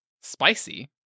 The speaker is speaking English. Spicy